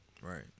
Right